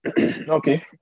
Okay